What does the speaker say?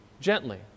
gently